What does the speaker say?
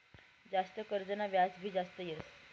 जास्त कर्जना व्याज भी जास्त येस